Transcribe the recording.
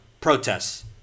protests